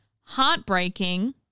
heartbreaking